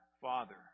Father